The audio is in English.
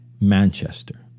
manchester